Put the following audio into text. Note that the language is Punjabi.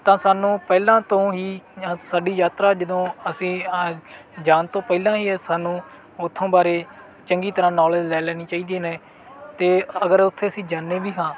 ਤਾਂ ਸਾਨੂੰ ਪਹਿਲਾਂ ਤੋਂ ਹੀ ਸਾਡੀ ਯਾਤਰਾ ਜਦੋਂ ਅਸੀਂ ਜਾਣ ਤੋਂ ਪਹਿਲਾਂ ਹੀ ਇਹ ਸਾਨੂੰ ਉੱਥੋਂ ਬਾਰੇ ਚੰਗੀ ਤਰ੍ਹਾਂ ਨੌਲੇਜ ਲੈ ਲੈਣੀ ਚਾਹੀਦੀ ਨੇ ਅਤੇ ਅਗਰ ਉੱਥੇ ਅਸੀਂ ਜਾਂਦੇ ਵੀ ਹਾਂ